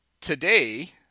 today